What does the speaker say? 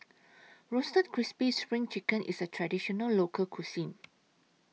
Roasted Crispy SPRING Chicken IS A Traditional Local Cuisine